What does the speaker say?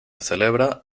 celebra